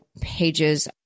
pages